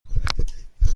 کنیم